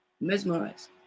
mesmerized